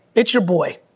it's your boy,